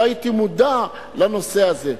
לא הייתי מודע לנושא הזה.